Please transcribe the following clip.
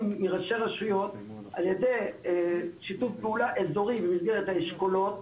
מראשי רשויות על ידי שיתוף פעולה איזורי במסגרת האשכולות,